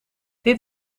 dit